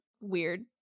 weird